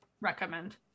recommend